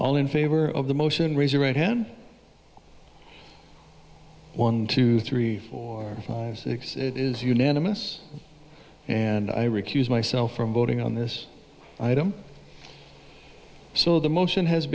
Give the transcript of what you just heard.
all in favor of the motion raise your right hand one two three four five six it is unanimous and i recuse myself from voting on this item so the motion has